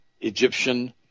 Egyptian